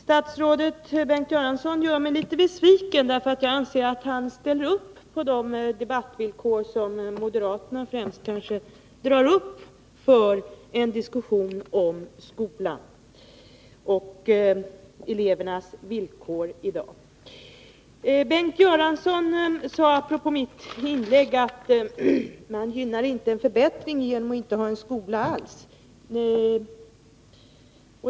Herr talman! Statsrådet Bengt Göransson gör mig litet besviken. Jag anser att han ställer upp på de riktlinjer som främst moderaterna drar upp för en diskussion om skolan och elevernas villkor i dag. Bengt Göransson sade, apropå mitt inlägg, att man inte medverkar till en förbättring genom att inte ha en skola alls.